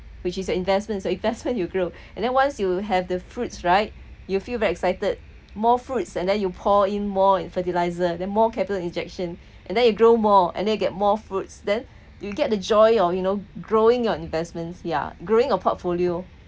which is your investments your investment will grow and then once you have the fruits right you feel very excited more fruits and then you pour in more fertiliser then more capital injection and then you grow more and they get more fruits then you get the joy on you know growing your investments yeah growing your portfolio